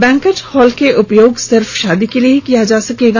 banquet hall का उपयोग सिर्फ शादी के लिए ही किया जा सकेगा